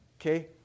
Okay